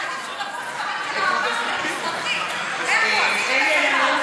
אז אנחנו צריכים, (קוראת בשמות חברי הכנסת)